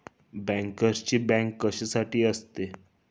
बँकर्सची बँक कशासाठी असते?